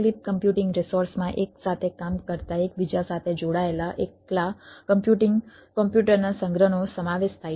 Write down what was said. તો ક્લસ્ટર શું છે